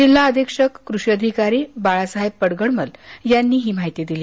जिल्हा अधीक्षक कृषी अधिकारी बाळासाहेब पडघडमल यांनी ही माहिती दिली